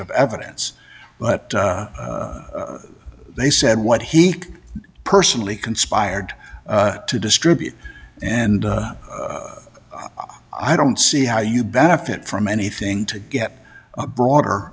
of evidence but they said what he personally conspired to distribute and i don't see how you benefit from anything to get a broader